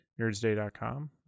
nerdsday.com